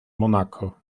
monaco